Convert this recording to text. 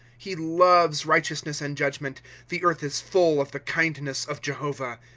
he loves righteousness and judgment the earth is full of the kindness of jehovah.